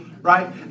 right